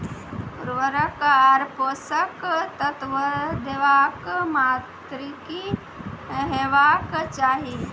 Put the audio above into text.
उर्वरक आर पोसक तत्व देवाक मात्राकी हेवाक चाही?